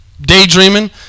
daydreaming